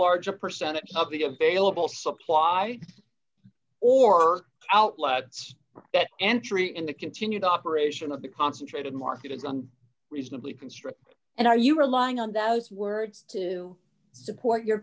larger percentage of the available supply or outlets that entry into continued operation of the concentrated market is a reasonably construct and are you relying on those words to support your